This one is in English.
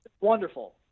Wonderful